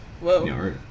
Whoa